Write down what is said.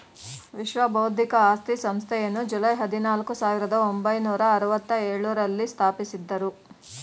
ವಿಶ್ವ ಬೌದ್ಧಿಕ ಆಸ್ತಿ ಸಂಸ್ಥೆಯನ್ನು ಜುಲೈ ಹದಿನಾಲ್ಕು, ಸಾವಿರದ ಒಂಬೈನೂರ ಅರವತ್ತ ಎಳುರಲ್ಲಿ ಸ್ಥಾಪಿಸಿದ್ದರು